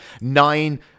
Nine